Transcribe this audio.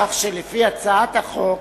כך שלפי הצעת החוק,